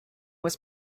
was